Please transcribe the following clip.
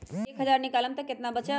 एक हज़ार निकालम त कितना वचत?